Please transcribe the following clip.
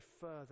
further